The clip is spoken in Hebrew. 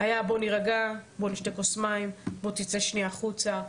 הייתה הרגעה, נתנו לו כוס מים, הוציאו אותו החוצה.